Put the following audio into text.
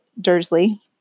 Dursley